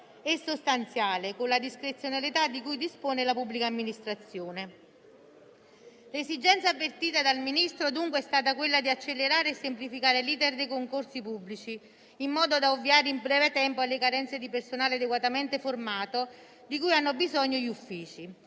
e sostanziale con la discrezionalità di cui la pubblica amministrazione dispone. L'esigenza avvertita dal Ministro, dunque, è stata quella di accelerare e semplificare l'*iter* dei concorsi pubblici in modo da ovviare in breve tempo alle carenze di personale adeguatamente formato di cui hanno bisogno gli uffici.